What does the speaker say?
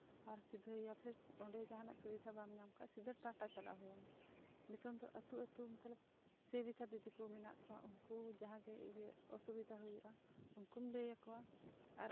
ᱟᱨ ᱥᱤᱫᱷᱟᱹᱣ ᱮᱭᱟ ᱯᱷᱤᱨ ᱚᱸᱰᱮ ᱡᱟᱦᱟᱱᱟᱜ ᱥᱩᱵᱤᱫᱷᱟ ᱵᱟᱢ ᱧᱟᱢ ᱠᱷᱟᱱ ᱥᱤᱫᱷᱟᱹ ᱴᱟᱴᱟ ᱪᱟᱞᱟᱜ ᱦᱩᱭᱩᱜᱼᱟ ᱱᱤᱛᱚᱝ ᱫᱚ ᱟᱹᱛᱩ ᱟᱹᱛᱩ ᱥᱮᱵᱤᱠᱟ ᱫᱤᱫᱤ ᱛᱟᱠᱚ ᱢᱮᱱᱟᱜ ᱠᱚᱣᱟ ᱩᱱᱠᱩ ᱡᱟᱦᱟᱸ ᱜᱮ ᱚᱥᱩᱵᱤᱫᱷᱟ ᱦᱩᱭᱩᱜᱼᱟ ᱩᱱᱠᱩᱢ ᱞᱟᱹᱭᱟᱠᱚᱣᱟ